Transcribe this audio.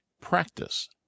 Practice